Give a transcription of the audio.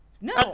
no